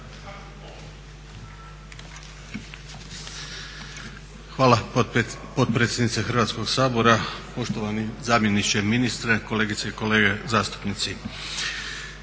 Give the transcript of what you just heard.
Hvala potpredsjednice Hrvatskog sabora, poštovani zamjeniče ministra, kolegice i kolege zastupnici.